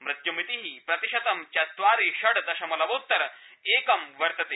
मृत्युमिति प्रतिशत चत्वारि षड् दशमलवोत्तर एकम् वर्तते